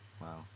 Wow